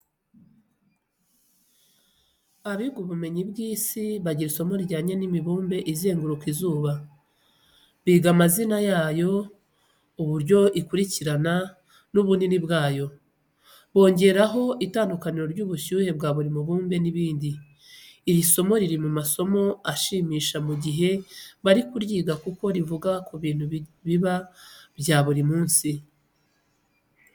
Abiga ubumenyi bw'isi bagira isomo rijyanye n'imibumbe izenguruka izuba. Biga amazina yayo, uburyo ikuricyirana, n'ubunini bwayo. Bongeraho itandukaniro ry'ubushyuhe bwa buri mubumbe n'ibindi. Iri somo riri mu masomo ashimisha mu jyihe bari kuryiga kuko rivuga ku bintu biba bya buri munsi.